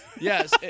Yes